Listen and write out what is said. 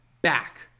back